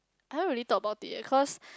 I don't really talk about it eh cause